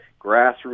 grassroots